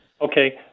Okay